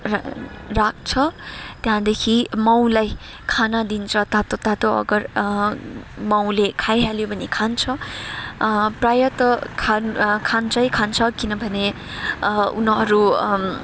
राख्छ त्याँदेखि माउलाई खाना दिन्छ तातो तातो अगर माउले खाइहाल्यो भने खान्छ प्राय त खान् खान्छै खान्छ किनभने उनीहरू